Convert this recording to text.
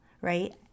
right